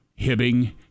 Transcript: Hibbing